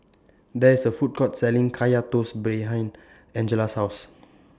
There IS A Food Court Selling Kaya Toast behind Angela's House